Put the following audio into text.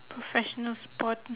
professional sport